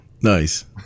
Nice